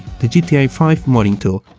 the gta five modding tool.